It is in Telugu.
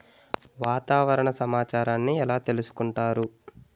వాతావరణ సమాచారాన్ని ఎలా తెలుసుకుంటారు?